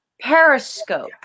periscope